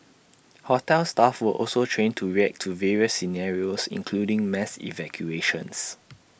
hotel staff were also trained to react to various scenarios including mass evacuations